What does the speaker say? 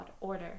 order